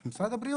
עם משרד הבריאות.